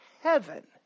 heaven